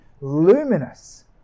luminous